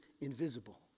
invisible